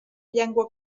llengua